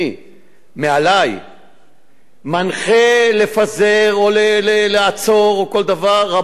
מעלי מנחה לפזר או לעצור או כל דבר, רבותי,